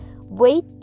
wait